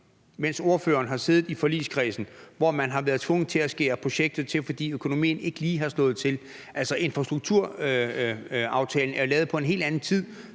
mens ordføreren har siddet i forligskredsen, hvor man har været tvunget til at skære projektet til, fordi økonomien ikke lige har slået til. Altså, infrastrukturaftalen er lavet i en helt anden tid